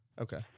Okay